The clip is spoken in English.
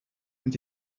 and